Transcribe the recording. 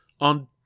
on